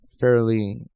fairly